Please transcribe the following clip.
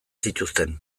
zituzten